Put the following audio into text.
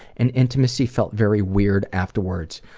and intimacy felt very weird afterwards.